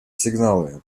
сигналы